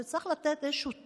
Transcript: צריך לתת איזשהו טווח,